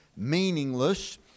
meaningless